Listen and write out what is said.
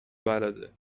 بلده